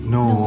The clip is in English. no